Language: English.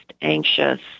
anxious